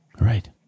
Right